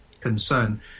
concern